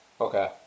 Okay